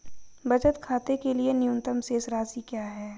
बचत खाते के लिए न्यूनतम शेष राशि क्या है?